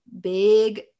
big